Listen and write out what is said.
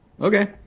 Okay